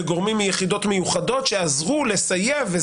וגורמים מיחידות מיוחדות שעזרו לסייע.